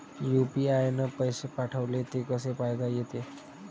UPI न पैसे पाठवले, ते कसे पायता येते?